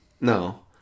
no